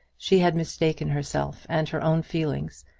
she had mistaken herself and her own feelings,